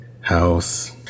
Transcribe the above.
house